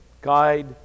guide